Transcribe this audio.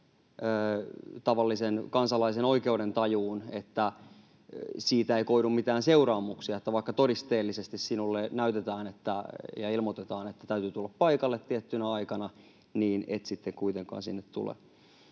tavallisen kansalaisen oikeudentajuun, että siitä ei koidu mitään seuraamuksia, kun vaikka todisteellisesti sinulle näytetään ja ilmoitetaan, että täytyy tulla paikalle tiettynä aikana, niin et sitten kuitenkaan sinne tule.